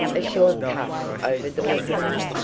a short cut over the woodland.